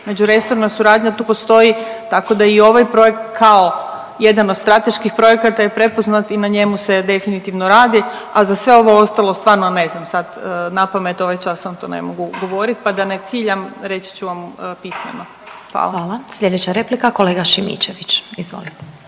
Međuresorna suradnja tu postoji tako da i ovaj projekt kao jedan od strateških projekata je prepoznat i na njemu se definitivno radi, a za sve ovo ostalo stvarno ne znam sad napamet, ovaj čas vam to ne mogu govorit pa da ne ciljam reći ću vam pismeno. **Glasovac, Sabina (SDP)** Hvala. Slijedeća replika kolega Šimičević, izvolite.